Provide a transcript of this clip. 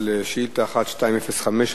לשאילתא 1205,